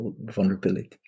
vulnerability